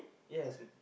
yes